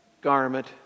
garment